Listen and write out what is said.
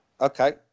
okay